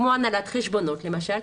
כמו הנהלת חשבונות למשל.